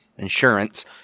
insurance